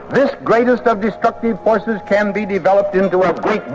this greatest of destructive forces can be developed into a